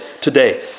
today